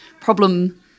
problem